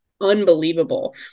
unbelievable